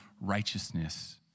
righteousness